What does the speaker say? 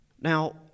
Now